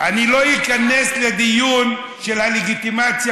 אני לא איכנס לדיון של הלגיטימציה,